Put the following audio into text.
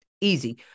Easy